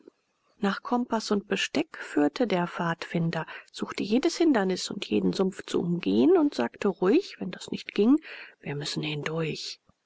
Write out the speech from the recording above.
nach kompaß und besteck führte der pfadfinder suchte jedes hindernis und jeden sumpf zu umgehen und sagte ruhig wenn das nicht ging wir müssen hindurch